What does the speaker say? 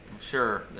sure